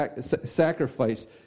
sacrifice